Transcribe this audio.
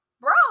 bro